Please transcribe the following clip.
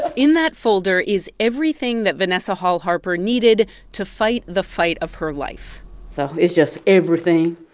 in that folder is everything that vanessa hall-harper needed to fight the fight of her life so it's just everything,